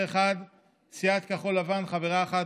חבר אחד,